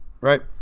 right